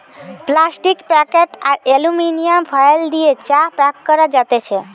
plastic packet আর aluminium foil দিয়ে চা প্যাক করা যাতেছে